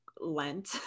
Lent